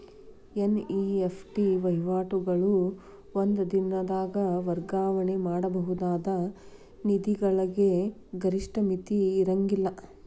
NEFT ವಹಿವಾಟುಗಳು ಒಂದ ದಿನದಾಗ್ ವರ್ಗಾವಣೆ ಮಾಡಬಹುದಾದ ನಿಧಿಗಳಿಗೆ ಗರಿಷ್ಠ ಮಿತಿ ಇರ್ಂಗಿಲ್ಲಾ